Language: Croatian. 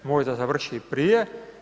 Možda završi i prije.